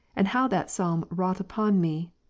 and how that psalm wrought upon me.